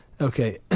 Okay